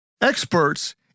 Experts